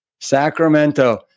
Sacramento